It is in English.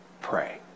pray